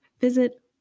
Visit